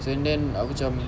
so then aku cam